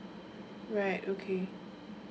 right okay